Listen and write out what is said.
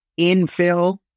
infill